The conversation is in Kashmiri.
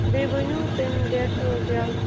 بیٚیہِ ؤنیُو تٔمۍ ڈیٹہٕ چھُو حظ یلہٕ